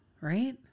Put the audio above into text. right